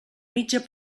mitja